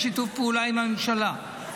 בשיתוף פעולה עם הממשלה,